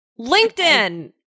LinkedIn